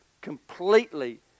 completely